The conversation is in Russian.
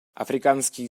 африканские